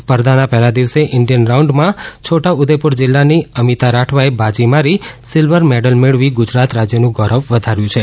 સ્પર્ધાના પહેલા દિવસે ઇન્ડિયન રાઉન્ડમાં છોટાઉદેપુર જિલ્લાની અમિતા રાઠવાએ બાજી મારી સિલ્વર મેડલ મેળવી ગુજરાત રાજ્યનું ગૌરવ વધાર્યું છે